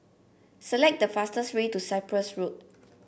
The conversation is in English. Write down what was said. select the fastest way to Cyprus Road